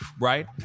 right